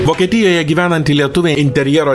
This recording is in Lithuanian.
vokietijoje gyvenanti lietuvė interjero